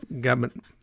government